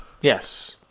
Yes